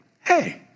hey